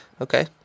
okay